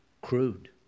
crude